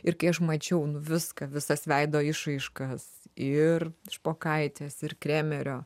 ir kai aš mačiau viską visas veido išraiškas ir špokaitės ir kremerio